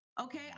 Okay